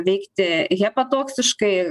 veikti hepatoksiškai